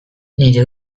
nire